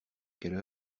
quelle